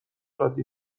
عادی